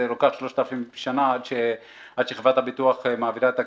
לוקח 3,000 שנה עד שחברת הביטוח מעבירה את הכסף.